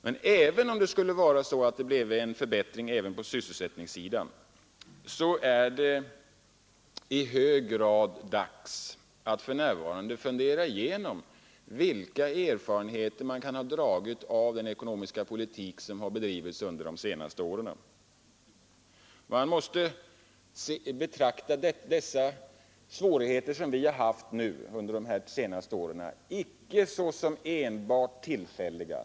Men även om det skulle bli en förbättring på sysselsättningssidan är det i hög grad dags att nu tänka igenom vilka erfarenheter man kan dra av den ekonomiska politik som har bedrivits under de senaste åren. De svårigheter som vi haft under de senaste åren får icke ses som enbart tillfälliga.